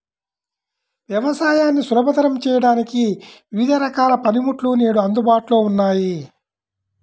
వ్యవసాయాన్ని సులభతరం చేయడానికి వివిధ రకాల పనిముట్లు నేడు అందుబాటులో ఉన్నాయి